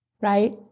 right